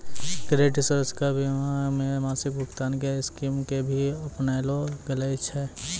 credit सुरक्षा बीमा मे मासिक भुगतान के स्कीम के भी अपनैलो गेल छै